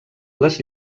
les